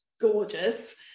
gorgeous